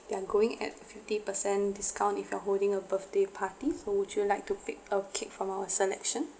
they're going at fifty percent discount if you are holding a birthday party so would you like to pick a cake from our selection